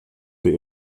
der